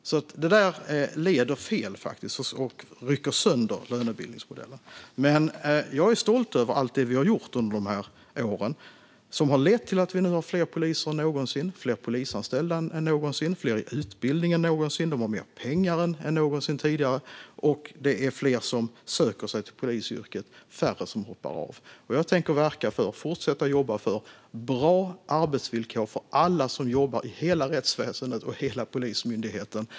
Det där leder faktiskt fel och rycker sönder lönebildningsmodellen. Jag är stolt över allt det vi har gjort under dessa år, som har lett till att vi nu har fler poliser, fler polisanställda och fler i utbildning än någonsin. De har mer pengar än någonsin tidigare. Och det är fler som söker sig till polisyrket och färre som hoppar av. Jag tänker verka för och fortsätta jobba för bra arbetsvillkor för alla som jobbar i hela rättsväsendet och hela Polismyndigheten.